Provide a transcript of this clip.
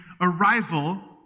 arrival